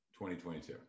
2022